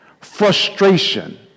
frustration